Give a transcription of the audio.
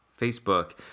Facebook